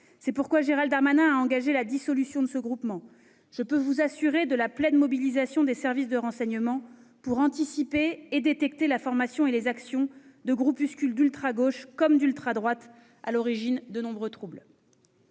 C'est pourquoi Gérald Darmanin a engagé la dissolution de ce groupement. Je puis vous assurer de la pleine mobilisation des services de renseignement pour anticiper et détecter la formation et les actions de groupuscules, d'ultragauche comme d'ultradroite, ... Il est bon de le